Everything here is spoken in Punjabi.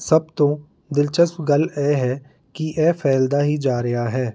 ਸਭ ਤੋਂ ਦਿਲਚਸਪ ਗੱਲ ਇਹ ਹੈ ਕਿ ਇਹ ਫੈਲਦਾ ਹੀ ਜਾ ਰਿਹਾ ਹੈ